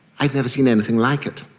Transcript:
i've never seen anything like it.